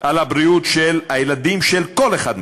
על הבריאות של הילדים של כל אחד מאתנו.